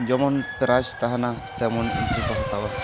ᱡᱮᱢᱚᱱ ᱯᱨᱟᱭᱤᱡᱽ ᱛᱟᱦᱮᱸᱱᱟ ᱛᱮᱢᱚᱱ ᱮᱱᱴᱨᱤ ᱠᱚ ᱦᱟᱴᱟᱣᱟ